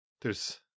There's-